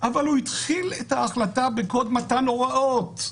אבל הוא התחיל את ההחלטה בקוד מתן הוראות.